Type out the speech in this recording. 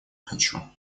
хочу